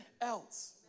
else